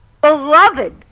Beloved